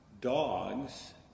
dogs